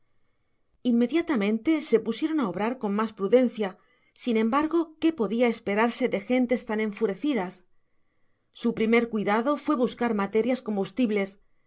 inmediatamente se pusieron á obrar con mas prudencia sin embargo que podia esperarse de gentes tan enfureci das su primer cuidado fué bascar materias combustibles